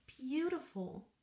beautiful